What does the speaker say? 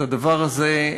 את הדבר הזה,